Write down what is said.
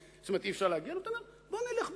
ואתה אומר: בוא נלך בקטנות,